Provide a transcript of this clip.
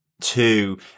two